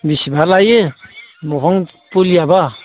बेसेबां लायो बिफां फुलियाबा